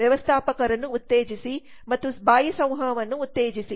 ವ್ಯವಸ್ಥಾಪಕರನ್ನು ಉತ್ತೇಜಿಸಿ ಮತ್ತು ಬಾಯಿ ಸಂವಹನವನ್ನು ಉತ್ತೇಜಿಸಿ